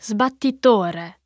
Sbattitore